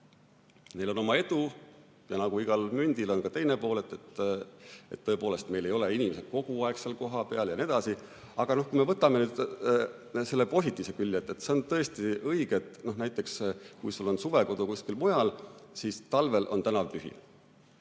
Neil on oma edu. Nagu igal mündil on ka teine pool, tõepoolest, meil ei ole inimesed kogu aeg seal kohapeal jne. Aga kui me võtame nüüd positiivse külje, siis see on tõesti õige, et näiteks kui sul on suvekodu kuskil mujal, siis talvel on tänav tühi.